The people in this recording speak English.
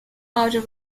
outer